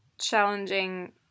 challenging